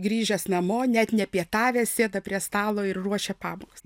grįžęs namo net nepietavęs sėda prie stalo ir ruošia pamokas